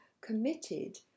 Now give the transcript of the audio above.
committed